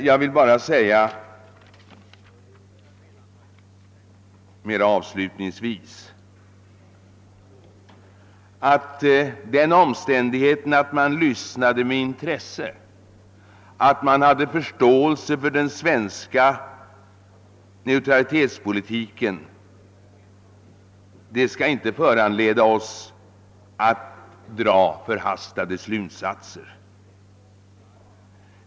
Jag vill avslutningsvis bara säga att den omständigheten, att man lyssnade med intresse och hade förståelse för den svenska neutralitetspolitiken, inte får förleda oss att dra förhastade slutsatser.